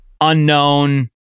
unknown